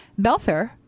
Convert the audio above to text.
Belfair